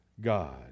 God